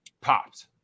popped